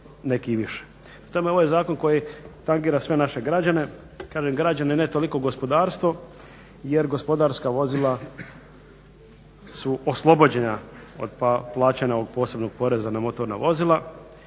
neki i više. Prema tome, ovaj zakon koji tangira sve naše građane. Kažem, građane ne toliko gospodarstvo jer gospodarska vozila su oslobođena od plaćanja ovog posebnog poreza na motorna vozila.